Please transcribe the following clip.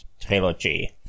Trilogy